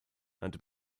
and